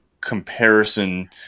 comparison